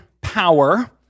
power